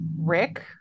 Rick